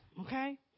okay